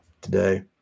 today